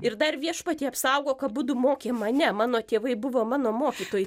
ir dar viešpatie apsaugok abudu mokė mane mano tėvai buvo mano mokytojai